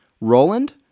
Roland